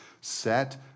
set